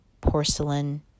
porcelain